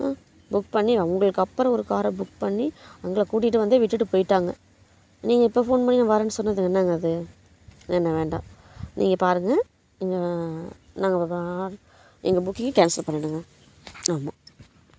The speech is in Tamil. புக் பண்ணி உங்களுக்கு அப்புறம் ஒரு காரை புக் பண்ணி எங்களை கூட்டிட்டு வந்ததே விட்டுட்டு போய்ட்டாங்க நீங்கள் இப்போ ஃபோன் பண்ணி நான் வரேன் சொன்னால் என்னங்க அது வேண்டாம் வேண்டாம் நீங்கள் பாருங்கள் இங்கே நாங்கள் எங்க புக்கயும் கேன்சல் பண்ணிடுங்க ஆமாம்